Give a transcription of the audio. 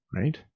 right